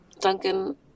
Duncan